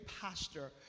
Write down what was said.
pastor